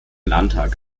landtag